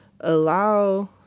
Allow